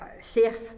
safe